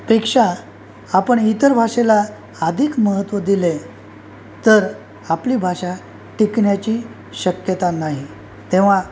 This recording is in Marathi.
पेक्षा आपण इतर भाषेला अधिक महत्त्व दिले तर आपली भाषा टिकण्याची शक्यता नाही तेव्हा